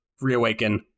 reawaken